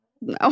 No